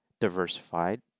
diversified